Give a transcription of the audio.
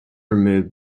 removed